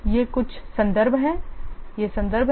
ये संदर्भ हैं